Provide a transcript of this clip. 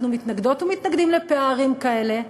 אנחנו מתנגדות ומתנגדים לפערים כאלה.